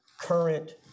current